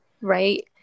right